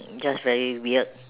just very weird